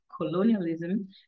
colonialism